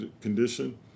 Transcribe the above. condition